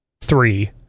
three